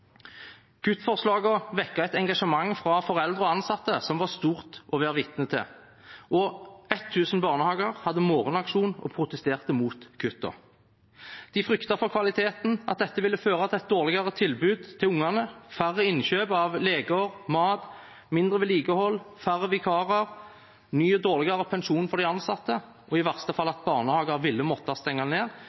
et engasjement fra foreldre og ansatte som var stort å være vitne til. 1 000 barnehager hadde morgenaksjon og protesterte mot kuttene. De fryktet for kvaliteten, at dette ville føre til et dårligere tilbud til ungene, færre innkjøp av leker og mat, mindre vedlikehold, færre vikarer, ny og dårligere pensjon for de ansatte og i verste fall at barnehager ville måtte stenge ned,